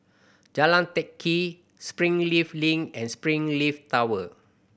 Jalan Teck Kee Springleaf Link and Springleaf Tower